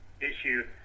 issue